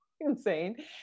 insane